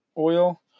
Oil